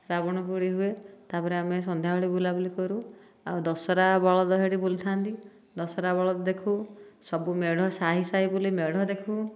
ରାବଣ ପୋଡ଼ି ହୁଏ ତାପରେ ଆମେ ସନ୍ଧ୍ୟାବେଳେ ବୁଲାବୁଲି କରୁ ଆଉ ଦଶହରା ବଳଦ ସେଇଠି ବୁଲୁଥାଆନ୍ତି ଦଶହରା ବଳଦ ଦେଖୁ ସବୁ ମେଢ଼ ସାହି ସାହି ବୁଲି ମେଢ଼ ଦେଖୁ